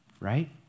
right